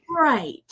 Right